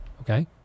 okay